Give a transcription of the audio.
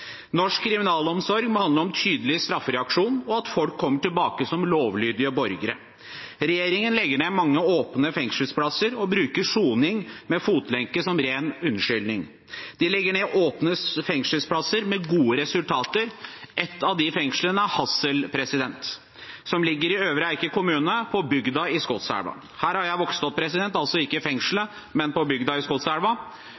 Norsk kriminalomsorg må handle om tydelig straffereaksjon og at folk kommer tilbake som lovlydige borgere. Regjeringen legger ned mange åpne fengselsplasser og bruker soning med fotlenke som ren unnskyldning. De legger ned åpne fengselsplasser med gode resultater. Et av fengslene er Hassel, som ligger i Øvre Eiker kommune, på bygda i Skotselv. Der vokste jeg opp, altså ikke